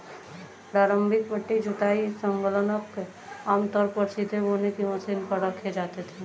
प्रारंभिक पट्टी जुताई संलग्नक आमतौर पर सीधे बोने की मशीन पर रखे जाते थे